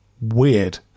Weird